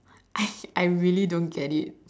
I I really don't get it